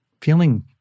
feeling